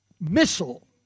missile